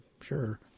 Sure